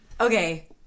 Okay